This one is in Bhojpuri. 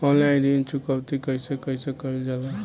ऑनलाइन ऋण चुकौती कइसे कइसे कइल जाला?